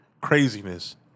craziness